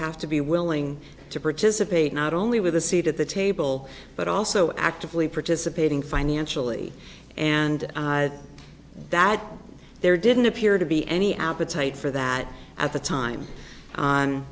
have to be willing to participate not only with a seat at the table but also actively participating financially and that there didn't appear to be any appetite for that at the time